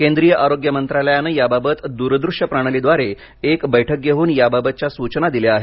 केंद्रीय आरोग्य मंत्रालयाने याबाबत दूरदृश्य प्रणालीद्वारे एक बैठक घेऊन याबाबतच्या सुचना दिल्या आहेत